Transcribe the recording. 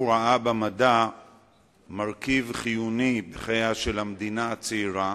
הוא ראה במדע מרכיב חיוני בחייה של המדינה הצעירה,